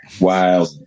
wild